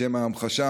לשם המחשה,